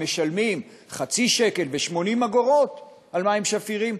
משלמים חצי שקל ו-80 אגורות על מים שפירים,